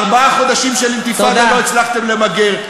ארבעה חודשים של אינתיפאדה לא הצלחתם למגר.